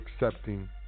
accepting